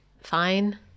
fine